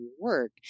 work